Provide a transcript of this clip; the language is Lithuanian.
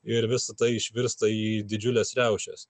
ir visa tai išvirsta į didžiules riaušes